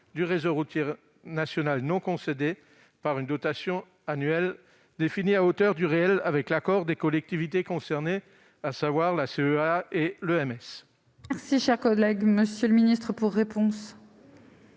du réseau routier national non concédé par une dotation annuelle définie à hauteur du réel, avec l'accord des collectivités concernées, à savoir la CEA et l'EMS.